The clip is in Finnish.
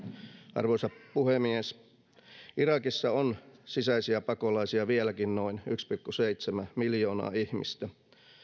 arvoisa puhemies irakissa on sisäisiä pakolaisia vieläkin noin yksi pilkku seitsemän miljoonaa ihmistä